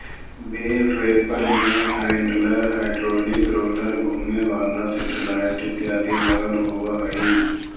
बेल wrapper में handler, hydraulic roller, घुमें वाला सेटेलाइट इत्यादि लगल होवऽ हई